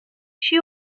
she